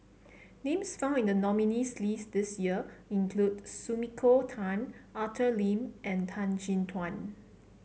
names found in the nominees' list this year include Sumiko Tan Arthur Lim and Tan Chin Tuan